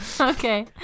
Okay